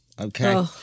Okay